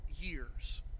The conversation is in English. years